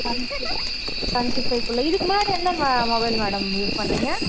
twenty twenty ஃபைக்குள்ளே இதுக்கு முன்னாடி என்ன மா மொபைல் மேடம் யூஸ் பண்ணுறீங்க